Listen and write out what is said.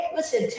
Listen